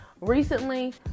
recently